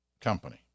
Company